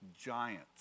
giants